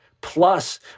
Plus